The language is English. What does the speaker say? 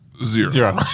Zero